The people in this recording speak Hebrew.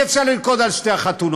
אי-אפשר לרקוד על שתי החתונות,